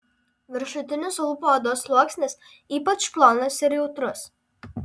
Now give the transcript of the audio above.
viršutinis lūpų odos sluoksnis ypač plonas ir jautrus